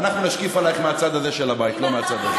אנחנו נשקיף עלייך מהצד הזה של הבית, לא מהצד הזה.